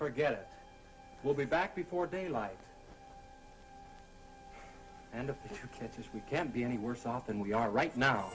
forget it we'll be back before daylight and if we can't be any worse off than we are right now